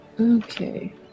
okay